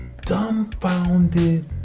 dumbfounded